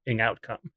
outcome